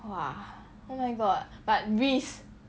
!wah! oh my god but ris